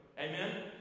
Amen